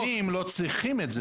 החרדים לא צריכים את זה.